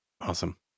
awesome